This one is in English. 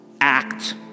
act